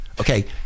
okay